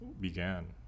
began